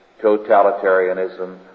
totalitarianism